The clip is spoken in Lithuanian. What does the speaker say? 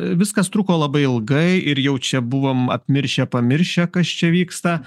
viskas truko labai ilgai ir jau čia buvom apmiršę pamiršę kas čia vyksta